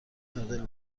نودل